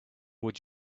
would